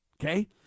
okay